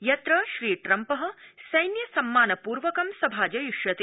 यत्र श्रीट्रम्प सैन्य सम्मान पूर्वकं सभाजयिष्यते